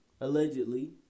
allegedly